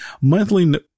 Monthly